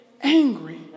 angry